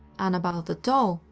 annabelle the doll,